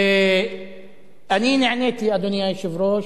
ואני נעניתי, אדוני היושב-ראש,